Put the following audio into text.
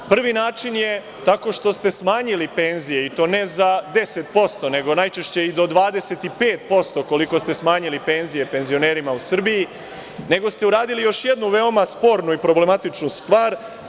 Prvi način je tako što ste smanjili penzije, i to ne za 10%, nego najčešće i do 25%, koliko ste smanjili penzije penzionerima u Srbiji, nego ste uradili još jednu veoma spornu i problematičnu stvar.